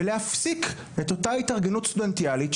ולהפסיק את אותה התארגנות סטודנטיאלית,